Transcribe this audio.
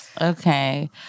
Okay